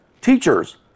Teachers